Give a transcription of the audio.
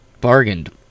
bargained